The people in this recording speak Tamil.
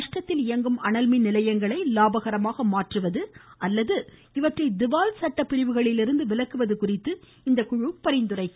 நஷ்டத்தில் இயங்கும் அனல்மின் நிலையங்களை லாபகரமாக மாற்றுவது அல்லது இவந்றை திவால் சட்ட பிரிவுகளிலிருந்து விலக்குவது குறித்து இந்த குழு பரிந்துரைக்கும்